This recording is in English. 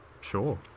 Sure